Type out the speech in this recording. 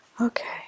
Okay